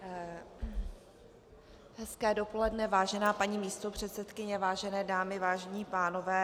Hezké odpoledne vážená paní místopředsedkyně, vážené dámy, vážení pánové.